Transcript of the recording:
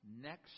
next